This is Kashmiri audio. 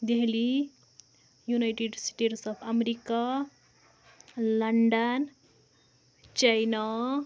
Delhi United States of America London China